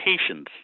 patience